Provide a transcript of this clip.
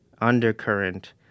undercurrent